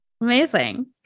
Amazing